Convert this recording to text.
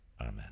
Amen